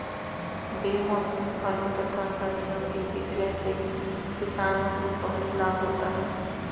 बेमौसमी फलों तथा सब्जियों के विक्रय से किसानों को बहुत लाभ होता है